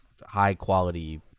high-quality